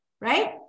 right